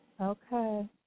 Okay